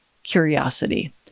curiosity